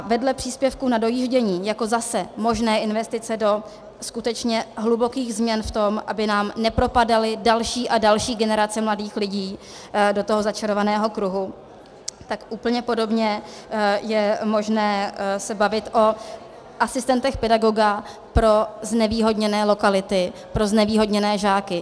Vedle příspěvku na dojíždění jako zase možné investice do skutečně hlubokých změn v tom, aby nám nepropadaly další a další generace mladých lidí do toho začarovaného kruhu, tak úplně podobně je možné se bavit o asistentech pedagoga pro znevýhodněné lokality, pro znevýhodněné žáky.